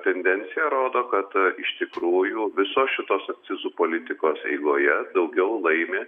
tendencija rodo kad iš tikrųjų visos šitos akcizų politikos eigoje daugiau laimi